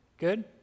Good